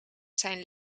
zijn